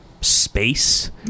space